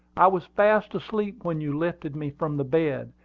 i was fast asleep when you lifted me from the bed,